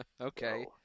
Okay